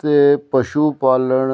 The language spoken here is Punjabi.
ਅਤੇ ਪਸ਼ੂ ਪਾਲਣ